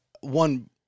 one